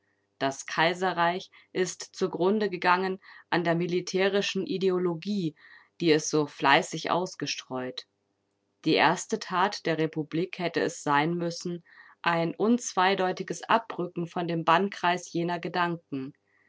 das kaiserreich ist zugrunde gegangen an der militärischen ideologie die es so fleißig ausgestreut die erste tat der republik hätte es sein müssen ein unzweideutiges abrücken von dem bannkreis jener gedanken